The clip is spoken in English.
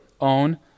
own